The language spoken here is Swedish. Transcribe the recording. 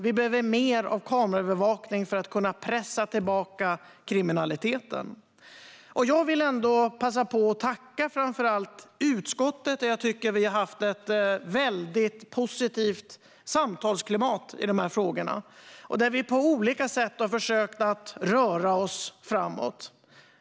Det behövs mer kameraövervakning för att kunna pressa tillbaka kriminaliteten. Jag vill passa på att tacka framför allt utskottet, där jag tycker att vi har haft ett väldigt positivt samtalsklimat i de här frågorna och på olika sätt har försökt röra oss framåt.